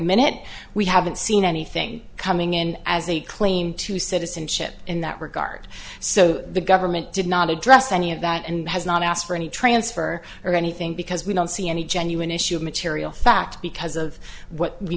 minute we haven't seen anything coming in as a claim to citizenship in that rick art so the government did not address any of that and has not asked for any transfer or anything because we don't see any genuine issue of material fact because of what we